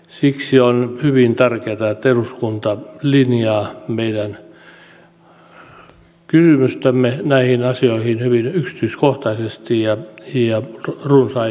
siksi on hyvin tärkeätä että eduskunta linjaa meidän kysymystämme näihin asioihin hyvin yksityiskohtaisesti ja runsain puheenvuoroin